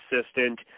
assistant